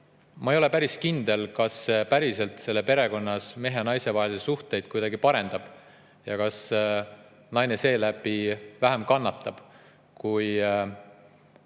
ma ei ole päris kindel, et see päriselt perekonnas mehe ja naise vahelisi suhteid kuidagi parendab ja naine seeläbi vähem kannatab, kui